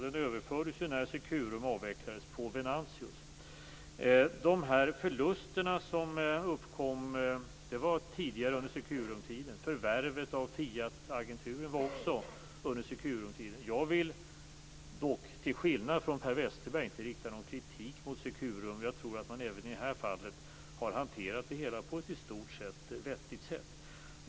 Den överfördes på Venantius när Securum avvecklades. De förluster som uppkom gjordes tidigare under Securumtiden. Förvärvet av Fiatagenturen gjordes också under Securumtiden. Jag vill dock, till skillnad från Per Westerberg, inte rikta någon kritik mot Securum. Jag tror att man även i det här fallet har hanterat det hela på ett i stort sett vettigt sätt.